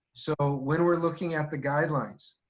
so when we're looking at the guidelines,